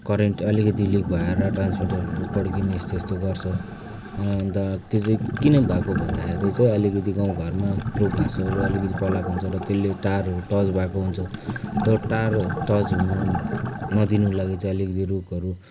current अलिकति leak भएर ट्रान्समिटरहरू पड्किने यस्तो यस्तो गर्छ अन्त त्यो चाहिँ किन भएको भन्दाखेरि चाहिँ अलिकति गाउँ घरमा रूख घाँसहरू अलिकति पलाएको हुन्छ र तेल्ले तारहरू टच भएको हुन्छ त्यो तारहरू टच हुनु नदिनुको लागि चाहिँ अलिकति रूखहरू